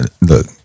look